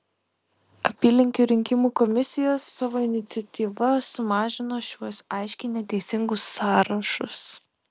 apylinkių rinkimų komisijos savo iniciatyva sumažino šiuos aiškiai neteisingus sąrašus